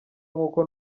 nk’uko